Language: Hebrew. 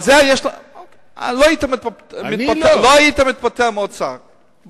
לא היית מתפטר מהאוצר.